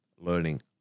learning